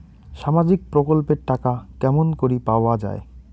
সামাজিক প্রকল্পের টাকা কেমন করি পাওয়া যায়?